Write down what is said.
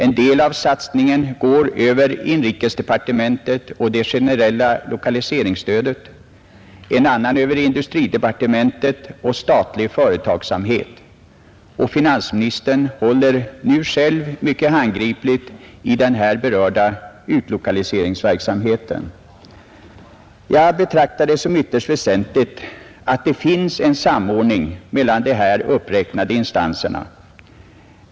En del av satsningen går över inrikesdepartementet och det generella lokaliseringsstödet, en annan över industridepartementet och statlig företagsamhet. Och finansministern håller nu själv mycket handgripligt i den berörda utlokaliseringsverksamheten. Det är ytterst väsentligt att det finns en samordning mellan de uppräknade instanserna.